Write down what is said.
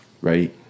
right